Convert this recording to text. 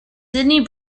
sidney